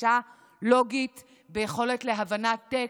הקשה לוגית, ביכולת הבנת טקסט,